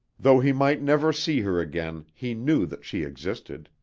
though he might never see her again he knew that she existed,